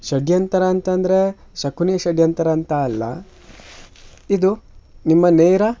ಷಡ್ಯಂತ್ರ ಅಂತಂದರೆ ಶಕುನಿ ಷಡ್ಯಂತ್ರ ಅಂತ ಅಲ್ಲ ಇದು ನಿಮ್ಮ ನೇರ